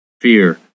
fear